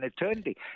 eternity